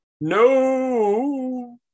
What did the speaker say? No